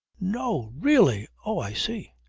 no! really! oh i see!